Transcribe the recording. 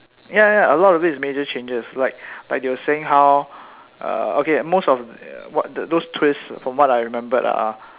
ya ya a lot of it is major changes like like they were saying how uh okay most of wh~ those twists from what I remembered are